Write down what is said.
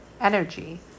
energy